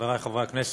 חברי חברי הכנסת,